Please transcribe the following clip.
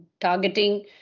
targeting